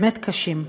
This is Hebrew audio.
באמת קשים,